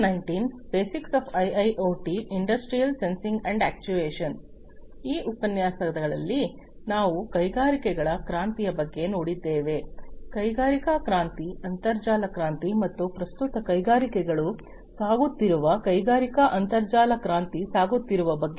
ಹಿಂದಿನ ಉಪನ್ಯಾಸಗಳಲ್ಲಿ ನಾವು ಕೈಗಾರಿಕೆಗಳ ಕ್ರಾಂತಿಯ ಬಗ್ಗೆ ನೋಡಿದ್ದೇವೆ ಕೈಗಾರಿಕಾ ಕ್ರಾಂತಿ ಅಂತರ್ಜಾಲ ಕ್ರಾಂತಿ ಮತ್ತು ಪ್ರಸ್ತುತ ಕೈಗಾರಿಕೆಗಳು ಸಾಗುತ್ತಿರುವ ಕೈಗಾರಿಕಾ ಅಂತರ್ಜಾಲ ಕ್ರಾಂತಿ ಸಾಗುತ್ತಿರುವ ಬಗ್ಗೆ